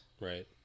right